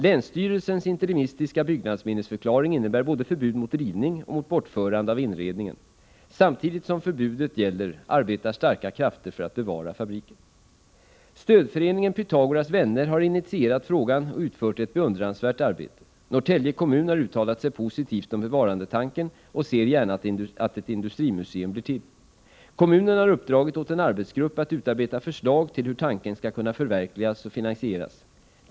Länsstyrelsens interimistiska byggnadsminnesförklaring innebär förbud både mot rivning och mot bortförande av inredningen. Samtidigt som förbudet gäller arbetar starka krafter för att bevara fabriken. Stödföreningen Pythagoras vänner har initierat frågan och utfört ett beundransvärt arbete. Norrtälje kommun har uttalat sig positivt om bevarandetanken och ser gärna att ett industrimuseum blir till. Kommunen har uppdragit åt en arbetsgrupp att utarbeta förslag till hur tanken skall kunna förverkligas och till hur det hela skall kunna finansieras.